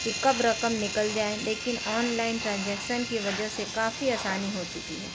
کہ کب رقم نکل جائے لیکن آن لائن ٹرانجیکشن کی وجہ سے کافی آسانی ہو چکی ہے